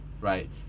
right